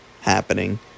happening